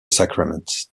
sacraments